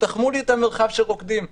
תתחמו לי את המרחב שרוקדים בו,